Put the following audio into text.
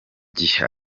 gihe